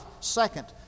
Second